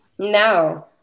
No